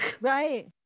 right